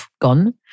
gone